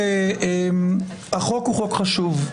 החוק הוא חוק חשוב,